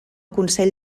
consell